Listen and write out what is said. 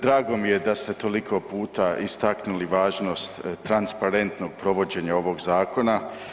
Drago mi je da ste toliko puta istaknuli važnost transparentnog provođenja ovog zakona.